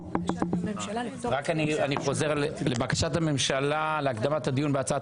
אני חוזר: בקשת הממשלה להקדמת הדיון בהצעת